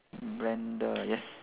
blender yes